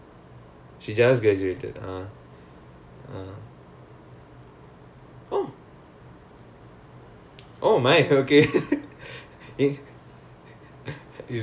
she just graduated so this year she's in N_T_U then ya so she's a freshie ya but she don't want to join T_L_S all that